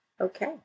Okay